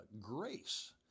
grace